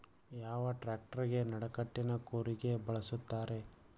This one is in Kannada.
ಯಾವ ಟ್ರ್ಯಾಕ್ಟರಗೆ ನಡಕಟ್ಟಿನ ಕೂರಿಗೆ ಬಳಸುತ್ತಾರೆ?